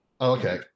Okay